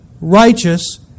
righteous